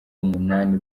umunani